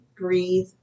breathe